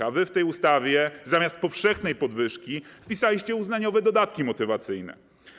A wy w tej ustawie zamiast powszechnej podwyżki wpisaliście uznaniowe dodatki motywacyjne.